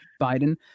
Biden